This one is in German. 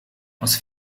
aus